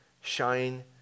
shine